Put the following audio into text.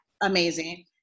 amazing